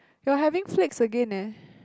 you're having flakes again eh